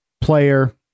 player